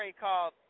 called